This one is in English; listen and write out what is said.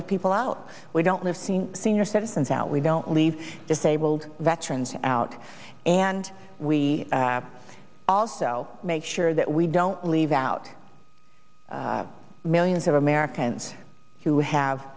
leave people out we don't have seen senior citizens out we don't leave disabled veterans out and we also make sure that we don't leave out millions of americans who have